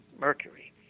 Mercury